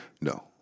No